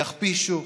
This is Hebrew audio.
יכפישו,